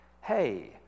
Hey